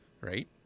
right